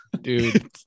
Dude